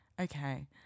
okay